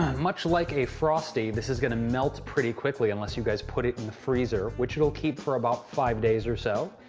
much like a frosty this is going to melt pretty quickly unless you guys put it in the freezer which it'll keep for about five days or so,